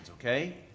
okay